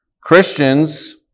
Christians